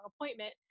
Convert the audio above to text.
appointment